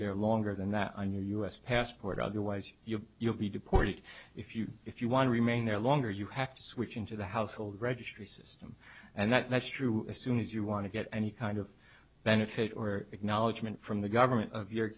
there longer than that on your u s passport otherwise you know you'll be deported if you if you want to remain there longer you have to switch into the household registry system and that's true as soon as you want to get any kind of benefit or acknowledgement from the government of your